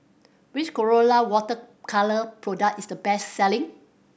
which Colora Water Colour product is the best selling